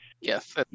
Yes